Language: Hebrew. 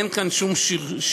אין כאן שום שרשור,